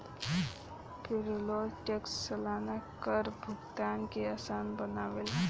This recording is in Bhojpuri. पेरोल टैक्स सलाना कर भुगतान के आसान बनावेला